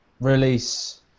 release